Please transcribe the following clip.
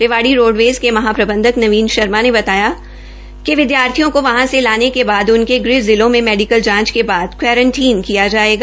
Rewari roadways के महाप्रबंधक नवीन शर्मा ने बताया कि विद्यार्थियों को वहां से लाने के बाद उन्के गृह जिलों में मेडिकल जांच के बाद क्वारनटीन किया जायेगा